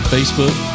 Facebook